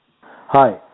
Hi